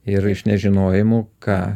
ir iš nežinojimo ką